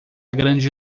grande